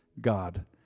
god